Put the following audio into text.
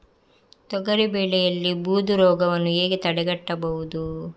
ತೊಗರಿ ಬೆಳೆಯಲ್ಲಿ ಬೂದು ರೋಗವನ್ನು ಹೇಗೆ ತಡೆಗಟ್ಟಬಹುದು?